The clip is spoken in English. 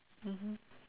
mmhmm